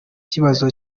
kibazo